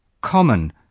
common